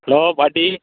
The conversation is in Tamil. ஹலோ பாட்டி